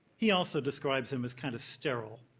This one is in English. she also describes him as kind of sterile.